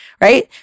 right